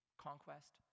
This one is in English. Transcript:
Conquest